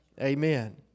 Amen